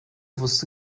wusste